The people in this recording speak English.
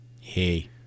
Hey